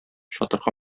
чатырга